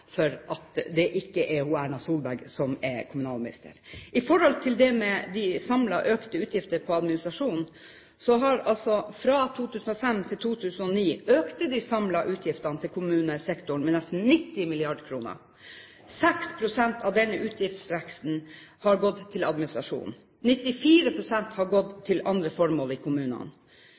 for at det ikke er Erna Solberg som er kommunalminister. Når det gjelder de samlede økte utgiftene til administrasjon, har de samlede utgiftene til kommunesektoren økt med nesten 90 mrd. kr fra 2005 til 2009. 6 pst. av denne utgiftsveksten har gått til administrasjon, 94 pst. har gått til andre formål i kommunene.